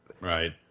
Right